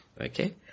Okay